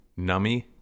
nummy